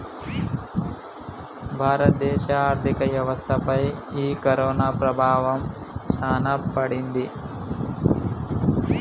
భారత దేశ ఆర్థిక వ్యవస్థ పై ఈ కరోనా ప్రభావం సాన పడింది